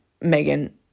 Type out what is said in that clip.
Megan